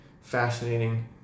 fascinating